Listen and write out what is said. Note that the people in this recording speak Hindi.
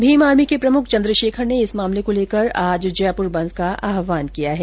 भीम आर्मी के प्रमुख चंद्रषेखर ने इस मामले को लेकर आज जयपुर बंद का आहवान किया है